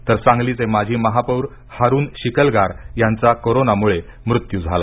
तर सांगलीचे माजी महापौर हारुन शिकलगार यांचा कोरोनामुळे मृत्यू झाला